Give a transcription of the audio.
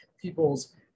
people's